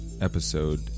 episode